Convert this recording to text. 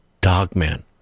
Dogman